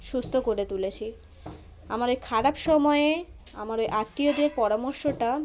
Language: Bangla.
সুস্থ করে তুলেছি আমার ওই খারাপ সময়ে আমার ওই আত্মীয়দের পরামর্শটা